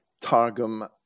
Targum